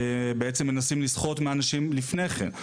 בעצם מנסים לסחוט מאנשים לפני כן.